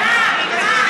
קיש, זו הישיבה האחרונה?